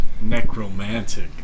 Necromantic